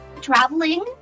traveling